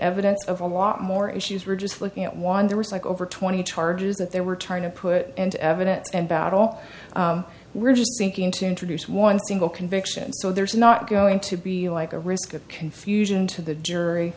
evidence of a lot more issues we're just looking at why there was like over twenty charges that they were trying to put into evidence and about all we're just seeking to introduce one single conviction so there's not going to be like a risk of confusion to the jury